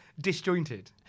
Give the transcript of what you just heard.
disjointed